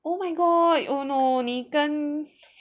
oh my god oh no 你跟